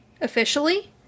officially